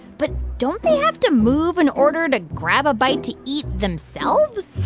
but don't they have to move in order to grab a bite to eat themselves?